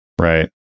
Right